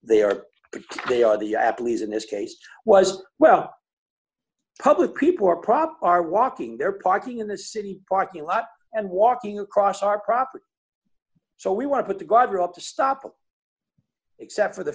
they are they are the athletes in this case was well public people are proper walking their parking in the city parking lot and walking across our property so we want to put the guard up to stop them except for the